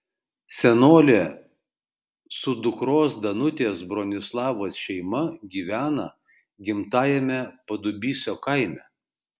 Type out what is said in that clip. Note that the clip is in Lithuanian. senolė su dukros danutės bronislavos šeima gyvena gimtajame padubysio kaime